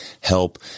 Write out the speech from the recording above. help